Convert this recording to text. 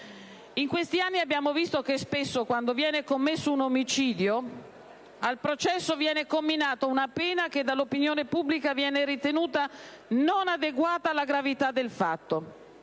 In questi anni, abbiamo visto che spesso, quando viene commesso un omicidio, al processo viene comminata una pena che dall'opinione pubblica viene ritenuta non adeguata alla gravità del fatto.